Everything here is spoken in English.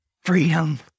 Freedom